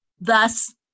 thus